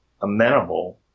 amenable